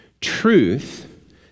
Truth